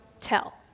tell